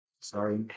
Sorry